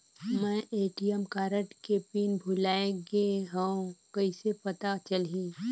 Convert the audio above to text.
मैं ATM card के pin भुलाए गे हववं कइसे पता चलही?